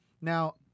Now